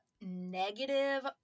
negative